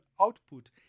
output